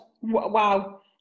wow